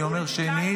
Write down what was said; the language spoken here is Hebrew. אני אומר שנית,